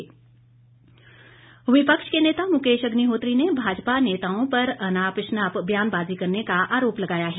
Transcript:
मुकेश अग्निहोत्री विपक्ष के नेता मुकेश अग्निहोत्री ने भाजपा नेताओं पर अनाप शनाप बयानबाजी करने का अरोप लगाया है